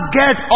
get